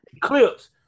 clips